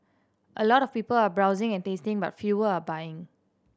a lot of people are browsing and tasting but fewer are buying